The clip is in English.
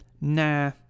nah